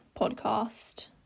podcast